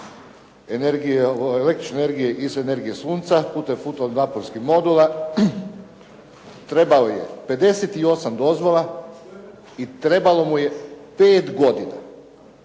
električne energije iz energije sunca putem ... trebao je 58 dozvola i trebalo mu je 5 godina.